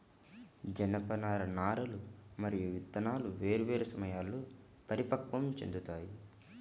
జనపనార నారలు మరియు విత్తనాలు వేర్వేరు సమయాల్లో పరిపక్వం చెందుతాయి